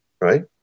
right